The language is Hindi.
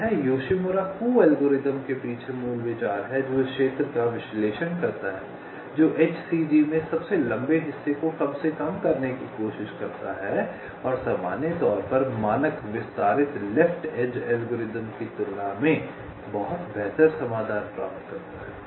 तो यह योशिमुरा कुह एल्गोरिथ्म के पीछे मूल विचार है जो इस क्षेत्र का विश्लेषण करता है जो HCG में सबसे लंबे हिस्से को कम से कम करने की कोशिश करता है और सामान्य तौर पर मानक विस्तारित लेफ्ट एज अल्गोरिथम की तुलना में बहुत बेहतर समाधान प्रदान करता है